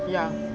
ya